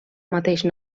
mateix